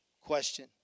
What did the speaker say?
Question